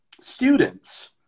students